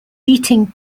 beating